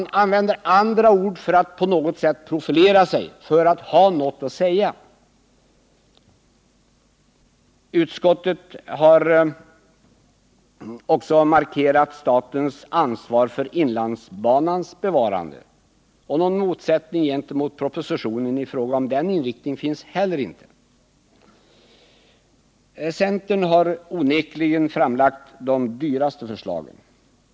Här använder man alltså andra ord för att på något sätt profilera sig för att ha något att säga. Utskottet har också markerat statens ansvar för inlandsbanans bevarande, och någon motsättning gentemot propositionen i fråga om den inriktningen finns inte heller. Centern har onekligen framlagt de dyraste förslagen.